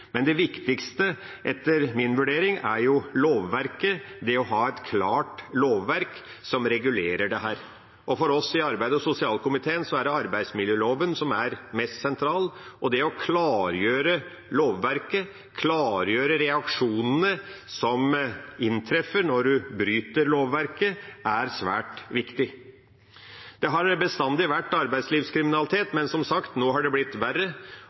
men det viktigste etter min vurdering er lovverket, det å ha et klart lovverk som regulerer dette. For oss i arbeids- og sosialkomiteen er det arbeidsmiljøloven som er mest sentral, og det å klargjøre lovverket, klargjøre reaksjonene som inntreffer når en bryter lovverket, er svært viktig. Det har bestandig vært arbeidslivskriminalitet, men nå har det som sagt blitt verre, og etter min vurdering har det blitt verre